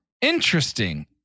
Interesting